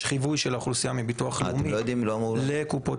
יש חיווי של האוכלוסייה מביטוח לאומי לקופות